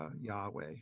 Yahweh